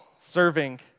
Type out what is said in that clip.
serving